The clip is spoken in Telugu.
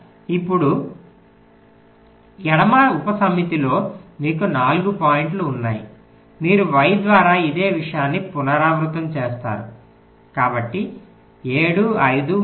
కాబట్టి ఇప్పుడు ఎడమ ఉపసమితిలో మీకు 4 పాయింట్లు ఉన్నాయి మీరు y ద్వారా ఇదే విషయాన్ని పునరావృతం చేస్తారు కాబట్టి 7 5 3 2